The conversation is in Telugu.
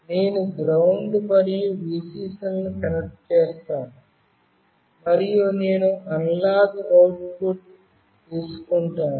నేను GND మరియు Vcc లను కనెక్ట్ చేస్తాను మరియు నేను అనలాగ్ అవుట్పుట్ తీసుకుంటాను